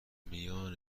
میان